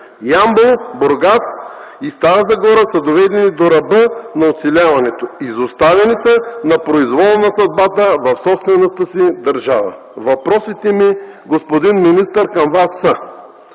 Ямбол, Бургас и Стара Загора са доведени до ръба на оцеляването, изоставени са на произвола на съдбата в собствената си държава. Въпросите ми, господин министър, към Вас са: